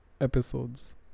episodes